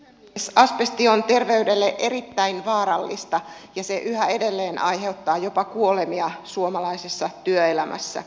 asbesti on terveydelle erittäin vaarallista ja se yhä edelleen aiheuttaa jopa kuolemia suomalaisessa työelämässä